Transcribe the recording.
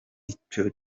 ico